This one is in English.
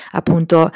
appunto